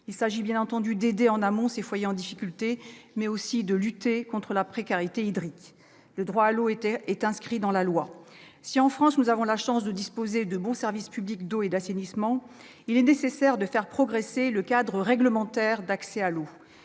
Il s'agit bien entendu d'aider ces foyers en difficulté en amont, mais aussi de lutter contre la précarité hydrique. Le droit à l'eau est inscrit dans la loi. Si nous avons la chance de disposer de bons services publics de l'eau et de l'assainissement en France, il est nécessaire de faire progresser le cadre réglementaire pour l'accès à l'eau.